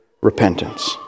repentance